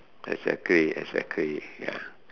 exactly exactly ya